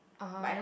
(uh huh)